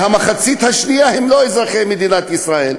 והמחצית השנייה הם לא אזרחי מדינת ישראל.